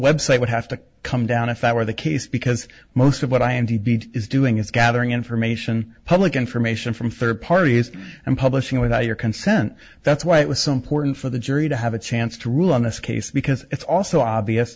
website would have to come down if that were the case because most of what i indeed is doing is gathering information public information from third parties and publishing without your consent that's why it was some porton for the jury to have a chance to rule on this case because it's also obvious